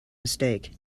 mistake